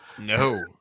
No